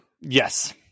Yes